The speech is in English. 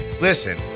Listen